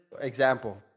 example